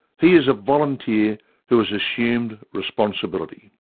he is a volunteer who has assumed responsibility.